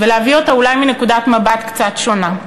ולהביא אותו אולי מנקודת מבט קצת שונה.